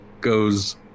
goes